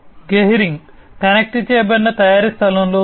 Gehring connect చేయబడిన తయారీ స్థలంలో ఉంది